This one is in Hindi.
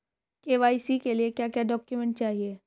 के.वाई.सी के लिए क्या क्या डॉक्यूमेंट चाहिए?